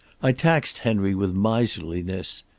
i taxed henry with miserliness,